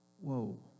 whoa